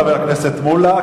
חבר הכנסת מולה,